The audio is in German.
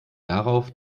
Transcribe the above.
darauf